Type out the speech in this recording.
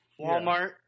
Walmart